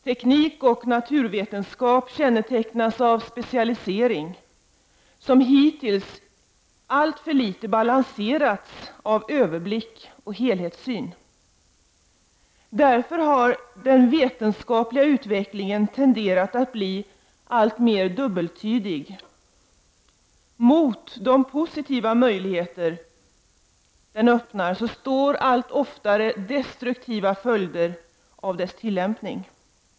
Tekniken och naturvetenskapen kännetecknas av specialisering, vilken hittills alltför litet har balanserats av en överblick och en helhetssyn. Därför har den vetenskapliga utvecklingen tenderat att bli alltmer dubbeltydig. Mot de positiva möjligheter som den öppnar står allt oftare destruktiva följder av dess tillämpning.